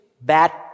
bad